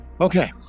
Okay